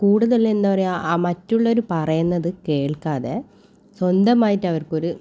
കൂടുതൽ എന്താ പറയാ ആ മറ്റുള്ളവർ പറയുന്നത് കേൾക്കാതെ സ്വന്തമായിട്ട് അവർക്കൊരു